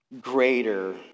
greater